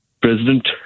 President